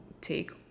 take